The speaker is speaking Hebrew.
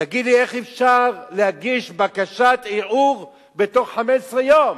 תגיד לי, איך אפשר להגיש בקשת ערעור בתוך 15 יום?